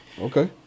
Okay